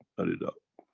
i read up,